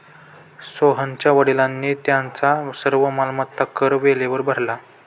सोहनच्या वडिलांनी त्यांचा सर्व मालमत्ता कर वेळेवर भरला